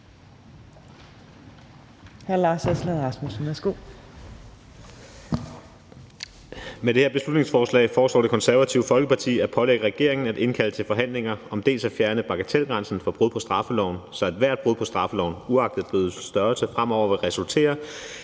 Med det her beslutningsforslag pålægger Det Konservative Folkeparti regeringen at indkalde til forhandlinger om at fjerne bagatelgrænsen for brud på straffeloven, så ethvert brud på straffeloven uagtet bødens størrelse fremover vil resultere i